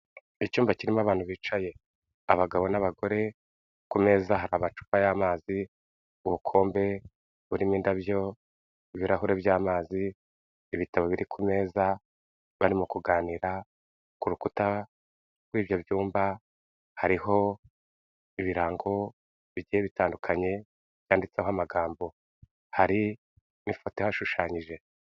Icyumba kirimo abantu bicaye abagabo n'abagore, ku meza hari amacupa y'amazi, ubukombe burimo indabyo, ibirahure by'amazi, ibitabo biri ku meza, barimo kuganira, ku rukuta rw'ibyo byumba hariho ibirango bigiye bitandukanye, byanditseho amagambo hari n'ifoto ihashushanyije.